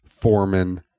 foreman